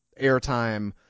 airtime